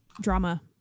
drama